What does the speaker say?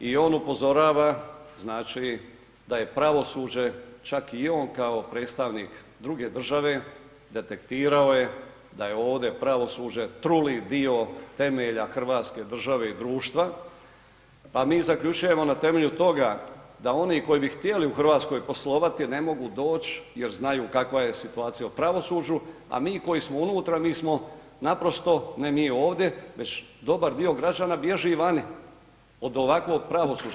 I on upozorava da je pravosuđe čak i on kao predstavnik druge države detektirao da je ovdje pravosuđe truli dio temelja Hrvatske države i društva, a mi zaključujemo na temelju toga da oni koji bi htjeli u Hrvatskoj poslovati jer ne mogu doć jer znaju kakva je situacija u pravosuđu, a mi koji smo unutra mi smo naprosto, ne mi ovdje već dobar dio građana bježi vani od ovakvog pravosuđa.